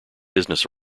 business